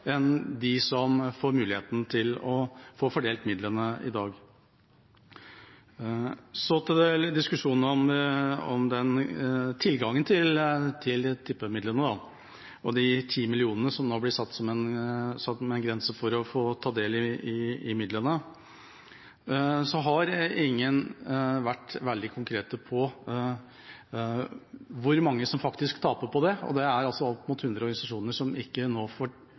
enn dem som får muligheten til å få fordelt midlene i dag. Så til diskusjonen om tilgangen til tippemidlene og de 10 mill. kr som nå blir satt som en grense for å ta del i midlene: Ingen har vært veldig konkrete på hvor mange som faktisk taper på det, og det er altså opp mot hundre organisasjoner som nå ikke får